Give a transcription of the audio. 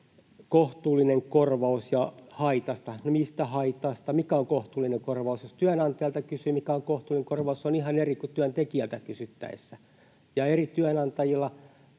”kohtuullinen korvaus” ja ”haitasta”. No, mistä haitasta? Mikä on kohtuullinen korvaus? Jos työnantajalta kysyy, mikä on kohtuullinen korvaus, se on ihan eri kuin työntekijältä kysyttäessä. Ja kun eri työnantajilta